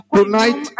tonight